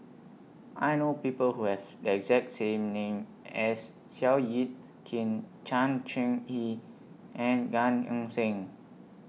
I know People Who Have The exact same name as Seow Yit Kin Chan Chee He and Gan Eng Seng